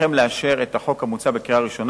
אבקשכם לאשר את החוק המוצע בקריאה ראשונה